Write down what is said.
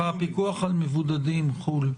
מהפיקוח על מבודדים חו"ל.